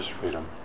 freedom